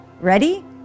Ready